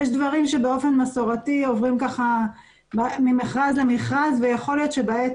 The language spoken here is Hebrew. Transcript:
יש דברים שבאופן מסורתי עוברים ממכרז למכרז ויכול להיות שבעת